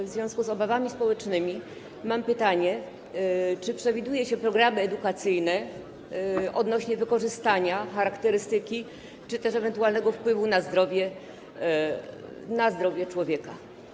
W związku z obawami społecznymi mam pytanie, czy przewiduje się programy edukacyjne odnośnie do wykorzystania charakterystyki czy też ewentualnego wpływu na zdrowie człowieka.